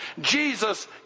Jesus